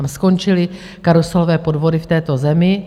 Tam skončily karuselové podvody v této zemi.